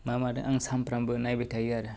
मा मादों आं सानफ्राबो नायबाय थायो आरो